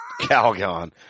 Calgon